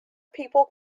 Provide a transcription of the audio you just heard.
people